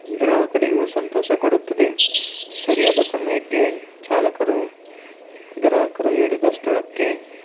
ಗ್ರಾಹಕರಿಗೂ ಸಂತೋಷ ಕೊಡುತ್ತದೆ ಸರಿಯಾದ ಸಮಯಕ್ಕೆ ಚಾಲಕರು ಗ್ರಾಹಕರು ಹೇಳಿದ ಸ್ಥಳಕ್ಕೆ